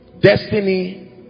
destiny